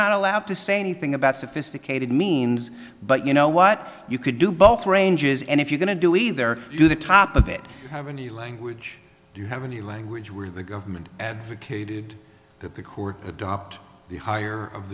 not allowed to say anything about sophisticated means but you know what you could do both ranges and if you're going to do either do the top of it have a new language you have a new language where the government advocated that the court adopt the higher of